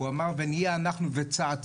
הוא אמר 'ונהיה אנחנו וצעצועינו',